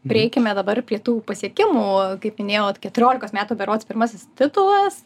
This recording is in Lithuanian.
prieikime dabar prie tų pasiekimų kaip minėjot keturiolikos metų berods pirmasis titulas